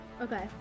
Okay